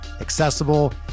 accessible